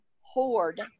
hoard